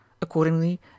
Accordingly